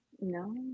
no